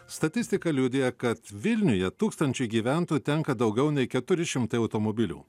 statistika liudija kad vilniuje tūkstančiui gyventojų tenka daugiau nei keturi šimtai automobilių